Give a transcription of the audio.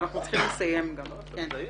אנחנו צריכים לסיים את הדיון.